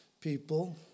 people